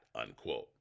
unquote